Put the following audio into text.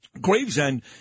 Gravesend